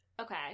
okay